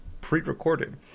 pre-recorded